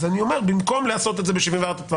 אז במקום לעשות את זה ב-74טו,